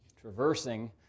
traversing